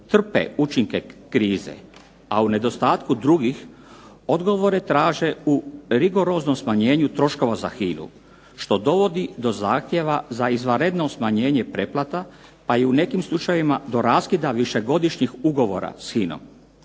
trpe učinke krize, a u nedostatku drugih odgovore traže u rigoroznom smanjenju troškova za HINA-u što dovodi do zahtjeva za izvanredno smanjenje pretplata, pa i u nekim slučajevima do raskida višegodišnjih ugovora sa HINA-om.